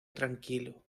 tranquilo